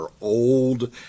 old